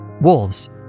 wolves